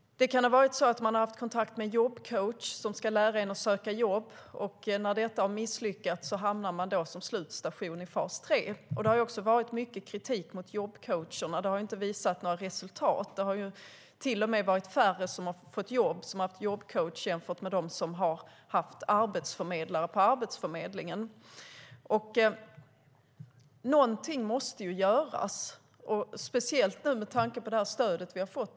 Det kan ha varit så att man har haft kontakt med en jobbcoach som ska lära en att söka jobb. När det misslyckas hamnar man i fas 3, som en slutstation. Det har varit mycket kritik mot jobbcoacherna. Det har inte visat något resultat. De som har haft jobbcoach har till och med fått färre jobb än de som haft arbetsförmedlare på Arbetsförmedlingen. Någonting måste göras, speciellt med tanke på det stöd vi har fått.